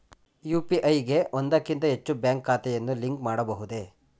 UPI ಗೆ ಒಂದಕ್ಕಿಂತ ಹೆಚ್ಚು ಬ್ಯಾಂಕ್ ಖಾತೆಗಳನ್ನು ಲಿಂಕ್ ಮಾಡಬಹುದೇ?